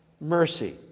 mercy